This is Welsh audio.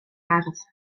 ardd